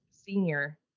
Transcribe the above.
senior